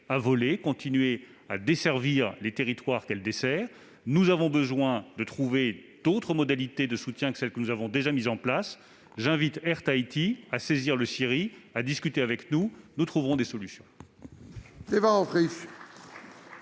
à voler et à desservir ses destinations habituelles. Nous avons besoin de trouver d'autres modalités de soutien que celles que nous avons déjà mises en place. C'est pourquoi j'invite Air Tahiti à saisir le CIRI et à discuter avec nous. Nous trouverons des solutions.